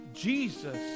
Jesus